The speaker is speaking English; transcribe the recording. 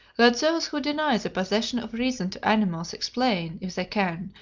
let those who deny the possession of reason to animals explain, if they can,